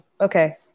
Okay